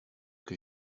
que